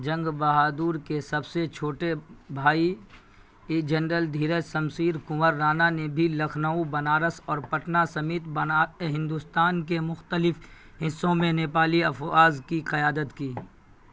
جنگ بہادر کے سب سے چھوٹے بھائی اے جنرل دھیرج شمشیر کنور رانا نے بھی لکھنؤ بنارس اور پٹنہ سمیت بنا ہندوستان کے مختلف حصوں میں نیپالی افواج کی قیادت کی